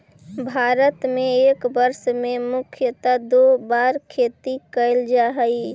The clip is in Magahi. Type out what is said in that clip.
भारत में एक वर्ष में मुख्यतः दो बार खेती कैल जा हइ